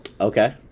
Okay